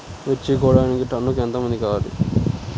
మిర్చి కోయడానికి టన్నుకి ఎంత మంది కావాలి?